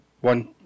one